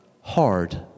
Hard